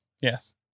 Yes